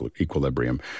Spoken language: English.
equilibrium